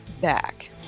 back